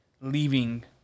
leaving